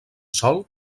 sol